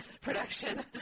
Production